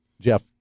Jeff